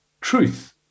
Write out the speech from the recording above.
truth